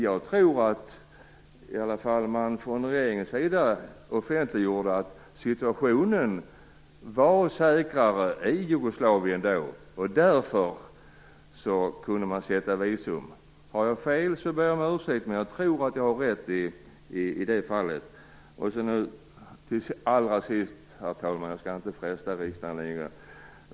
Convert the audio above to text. Jag tror att man från regeringens sida offentliggjorde att situationen då var säkrare i Jugoslavien och att man därför kunde införa visum. Har jag fel ber jag om ursäkt, men jag tror att jag har rätt i det fallet. Till sist, herr talman, skall jag inte fresta riksdagen längre.